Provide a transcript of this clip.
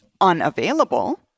unavailable